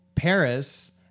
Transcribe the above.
Paris